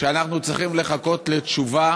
שאנחנו צריכים לחכות לתשובה